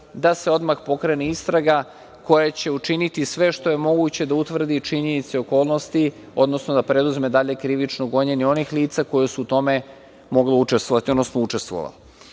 da se odmah pokrene istraga koja će učini sve što je moguće da utvrdi činjenice i okolnosti, odnosno da preduzme dalje krivično gonjenje onih lica koja su u tome mogla učestvovati, odnosno učestvovala. Ovaj